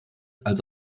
als